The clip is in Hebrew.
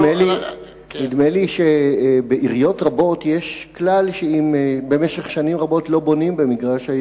נדמה לי שבעיריות רבות יש כלל שאם במשך שנים רבות לא בונים במגרש,